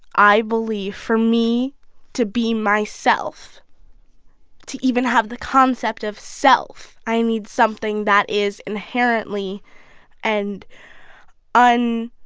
i believe for me to be myself to even have the concept of self. i need something that is inherently and and